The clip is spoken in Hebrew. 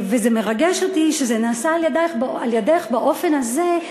וזה מרגש אותי שזה נעשה על-ידך באופן הזה,